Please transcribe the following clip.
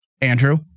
Andrew